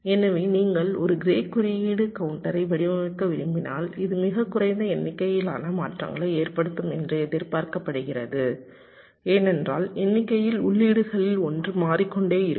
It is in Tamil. எனவே நீங்கள் ஒரு க்ரே குறியீடு கவுண்டரை வடிவமைக்க விரும்பினால் இது மிகக் குறைந்த எண்ணிக்கையிலான மாற்றங்களை ஏற்படுத்தும் என்று எதிர்பார்க்கப்படுகிறது ஏனென்றால் எண்ணிக்கையில் உள்ளீடுகளில் ஒன்று மாறிக்கொண்டே இருக்கும்